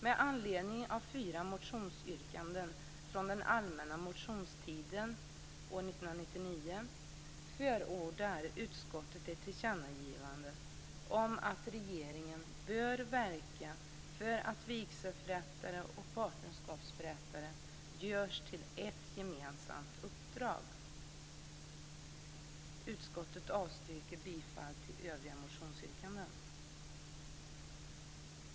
Med anledning av fyra motionsyrkanden från den allmänna motionstiden år 1999 förordar utskottet ett tillkännagivande om att regeringen bör verka för att vigselförrättare och partnerskapsförrättare görs till ett gemensamt uppdrag. Utskottet avstryker bifall till övriga motionsyrkanden.